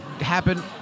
happen